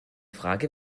frage